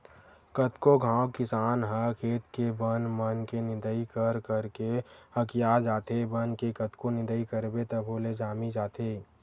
कतको घांव किसान ह खेत के बन मन के निंदई कर करके हकिया जाथे, बन के कतको निंदई करबे तभो ले जामी जाथे